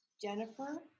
Jennifer